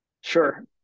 Sure